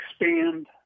expand